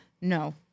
No